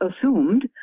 assumed